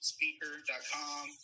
Speaker.com